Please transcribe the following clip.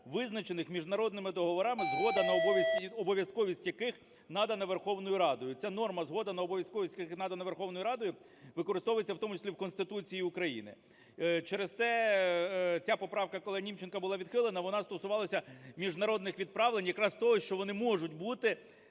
визначених міжнародними договорами, згода на обов'язковість яких надана Верховною Радою". Ця норма – "згода на обов'язковість яких надана Верховною Радою" – використовується в тому числі в Конституції України. Через те ця поправка колеги Німченка була відхилена. Вона стосувалася міжнародних відправлень, якраз того, що вони можуть бути